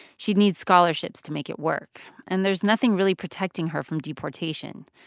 she'd need scholarships to make it work. and there's nothing really protecting her from deportation.